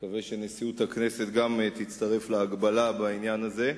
אני מקווה שגם נשיאות הכנסת תצטרף להגבלה בעניין הזה.